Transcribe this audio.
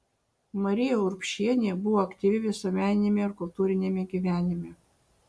marija urbšienė buvo aktyvi visuomeniniame ir kultūriniame gyvenime